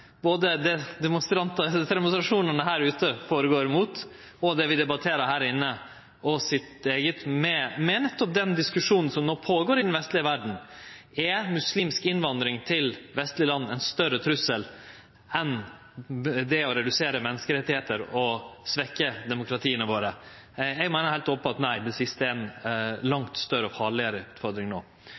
både det demonstrasjonane her ute føregår imot, og det vi debatterer her inne, med nettopp den diskusjonen som pågår i den vestlege verda, om muslimsk innvandring til vestlege land er ein større trussel enn det å redusere menneskerettar og svekkje demokratia våre. Eg meiner heilt openbert at det siste er ei langt større og farlegare utfordring